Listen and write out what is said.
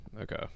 okay